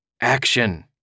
action